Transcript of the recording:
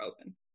open